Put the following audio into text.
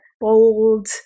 bold